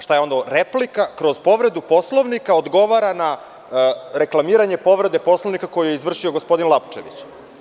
Šta je onda ovo, kroz povredu Poslovnika odgovara na reklamiranje povredu Poslovnika koju je izvršio gospodin Lapčević?